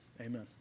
Amen